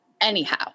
anyhow